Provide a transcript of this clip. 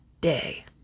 day